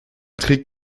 trägt